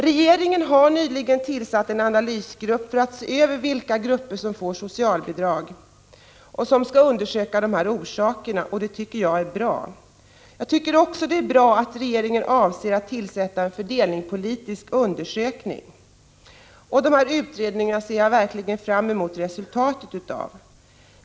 Regeringen har nyligen tillsatt en analysgrupp för att se över vilka grupper som får socialbidrag och undersöka orsakerna till att socialhjälpstagarnas antal har ökat under de senaste åren. Det tycker jag är bra. Jag tycker också att det är bra att regeringen avser att tillsätta en fördelningspolitisk undersökning. Dessa utredningars resultat ser jag verkligen fram emot.